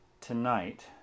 tonight